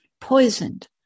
poisoned